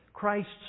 Christ's